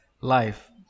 life